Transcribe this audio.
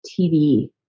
TV